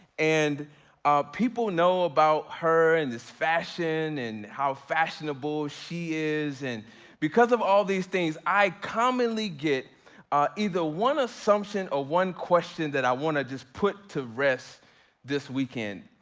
and people know about her in this fashion and how fashionable she is. and because of all these things i commonly get either one assumption or one question that i wanna just put to rest this weekend.